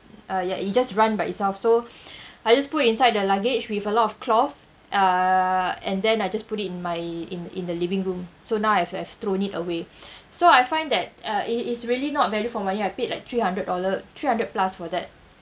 uh ya it just run by itself so I just put inside the luggage with a lot of cloth uh and then I just put it in my in in the living room so now I've I've thrown it away so I find that uh it is really not value for money I paid like three hundred dollar three hundred plus for that